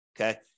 okay